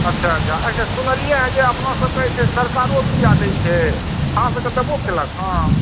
अच्छा अच्छा एँ ये सुनलिए हेँ जे अपना सबके से सरकारो बीया दै छै अहाँ सबके देबो केलक हेँ